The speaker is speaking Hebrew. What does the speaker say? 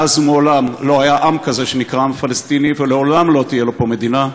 מאז ומעולם לא היה עם כזה שנקרא עם פלסטיני ולעולם לא תהיה לו פה מדינה,